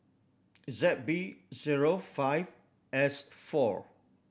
Z B zero five S four